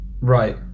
Right